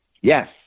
Yes